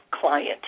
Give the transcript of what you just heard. client